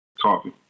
Coffee